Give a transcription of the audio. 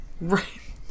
Right